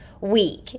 week